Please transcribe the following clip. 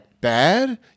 bad